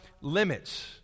limits